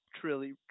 truly